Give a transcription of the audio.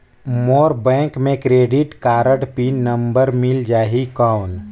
मोर bank मे credit card PIN number मिल जाहि कौन?